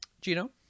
Gino